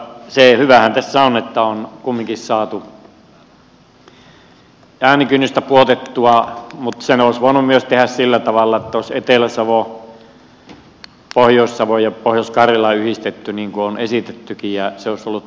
se hyvähän tässä on että on kumminkin saatu äänikynnystä pudotettua mutta sen olisi voinut myös tehdä sillä tavalla että olisi etelä savo pohjois savo ja pohjois karjala yhdistetty niin kuin on esitettykin ja se olisi ollut toiminnallinen yksikkö